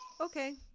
Okay